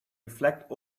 reflect